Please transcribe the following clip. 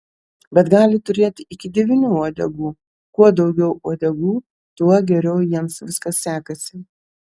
bet gali turėti iki devynių uodegų kuo daugiau uodegų tuo geriau jiems viskas sekasi